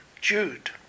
Jude